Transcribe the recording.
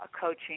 coaching